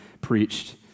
preached